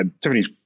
Tiffany's